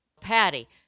Patty